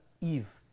Eve